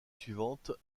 suivantes